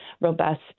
robust